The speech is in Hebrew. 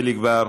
חיליק בר,